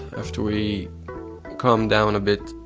after we calmed down a bit,